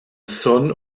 sonn